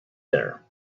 there